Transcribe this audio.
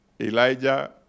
Elijah